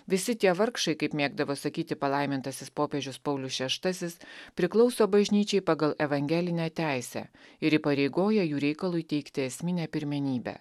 visi tie vargšai kaip mėgdavo sakyti palaimintasis popiežius paulius šeštasis priklauso bažnyčiai pagal evangelinę teisę ir įpareigoja jų reikalui teikti esminę pirmenybę